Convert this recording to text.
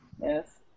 Yes